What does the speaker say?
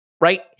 Right